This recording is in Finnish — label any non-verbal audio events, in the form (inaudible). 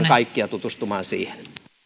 (unintelligible) kaikkia tutustumaan siihen